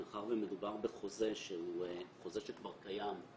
מאחר שמדובר בחוזה שכבר קיים,